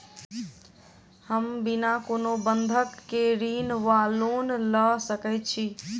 हम बिना कोनो बंधक केँ ऋण वा लोन लऽ सकै छी?